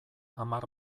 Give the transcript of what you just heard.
hamar